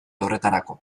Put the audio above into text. horretarako